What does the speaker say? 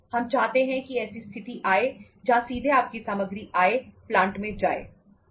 हम चाहते हैं कि ऐसी स्थिति आए जहां सीधे आपकी सामग्री आए प्लांट में जाए